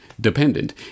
dependent